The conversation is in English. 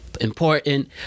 important